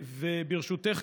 3. ברשותך,